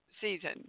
season